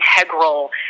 integral